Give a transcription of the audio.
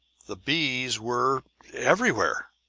the bees were everywhere!